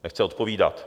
Nechce odpovídat.